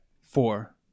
Four